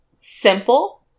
simple